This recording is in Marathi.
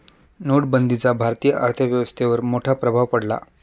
नोटबंदीचा भारतीय अर्थव्यवस्थेवर मोठा प्रभाव पडला